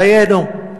דיינו.